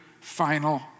final